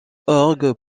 orgues